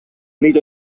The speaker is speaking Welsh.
nid